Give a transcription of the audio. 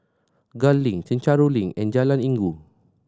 Gul Link Chencharu Link and Jalan Inggu